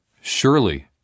Surely